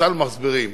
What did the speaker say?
שחז"ל מסבירים